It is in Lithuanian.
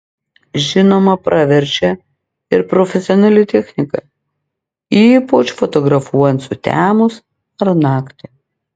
žinoma praverčia ir profesionali technika ypač fotografuojant sutemus ar naktį